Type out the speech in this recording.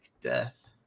death